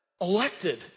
Elected